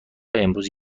امروز